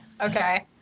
Okay